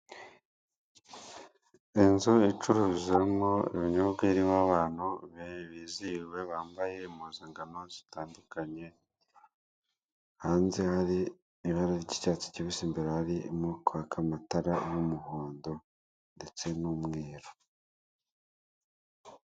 Inzu icururizamo ibinyobwa irimo abantu bizihiwe bambaye impuzangano zitandukanye, hanze hari ibara ry'icyatsi kibisi imbere harimo kwaka amatara y'umuhondo ndetse n'umweru